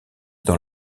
dans